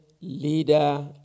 leader